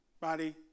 body